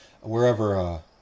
wherever